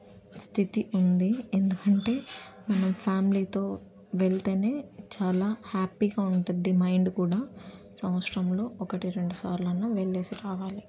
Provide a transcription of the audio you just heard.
స్థితి ఉంది ఎందుకంటే మనం ఫ్యామిలీతో వెళ్తే చాలా హ్యాపీగా ఉంటుద్ది మైండ్ కూడా సంవత్సరంలో ఒకటి రెండు సార్లు అన్నా వెళ్ళేసి రావాలి